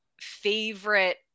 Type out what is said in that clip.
favorite